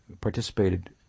participated